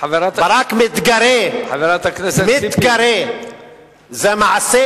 ברק מתגרה, אם את